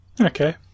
Okay